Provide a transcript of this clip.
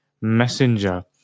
messenger